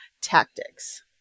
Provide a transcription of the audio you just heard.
tactics